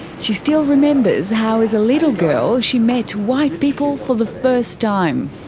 she still remembers how as a little girl she met white people for the first time.